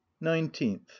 nineteenth